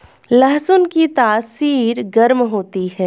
लहसुन की तासीर गर्म होती है